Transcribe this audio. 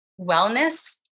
wellness